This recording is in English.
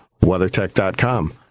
WeatherTech.com